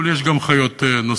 אבל יש גם חיות נוספות,